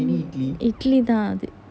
இட்லி தான் அது:idly thaan athu